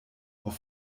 auf